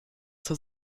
zur